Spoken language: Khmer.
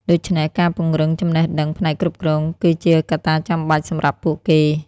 ដូច្នេះ ការពង្រឹងចំណេះដឹងផ្នែកគ្រប់គ្រង គឺជាកត្តាចាំបាច់សម្រាប់ពួកគេ។